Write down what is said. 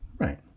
Right